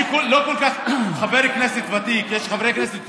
ראש הממשלה האמיתי, אני לא כזה חבר כנסת ותיק כאן.